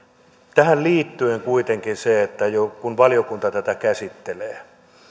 tähän liittyen kuitenkin kun valiokunta tätä käsittelee